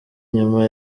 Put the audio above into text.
nyuma